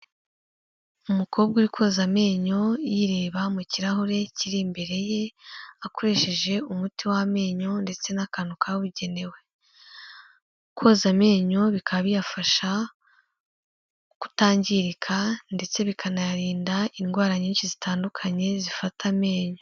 Umukobwa uri koza amenyo yireba mu kirahure kiri imbere ye akoresheje umuti w'amenyo ndetse n'akantu kabugenewe, koza amenyo bikaba biyafasha kutangirika ndetse bikanayarinda indwara nyinshi zitandukanye zifata amenyo.